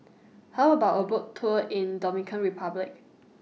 How about A Boat Tour in Dominican Republic